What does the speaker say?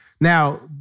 now